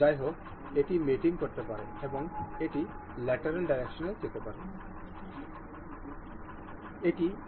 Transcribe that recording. আপনি কেবল অনুমান করতে পারেন যে এই ক্র্যাঙ্কশ্যাফটের এই ক্র্যাঙ্ক কেসিংয়ের সাথে কী সম্পর্ক থাকা দরকার